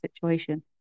situation